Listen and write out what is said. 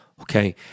Okay